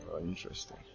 Interesting